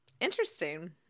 interesting